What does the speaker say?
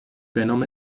بنام